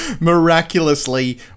miraculously